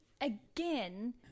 again